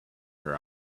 her